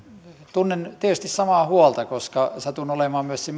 tunnen tietysti samaa huolta koska satun olemaan myös se